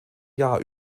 jahr